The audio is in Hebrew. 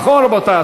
נכון, רבותי?